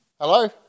Hello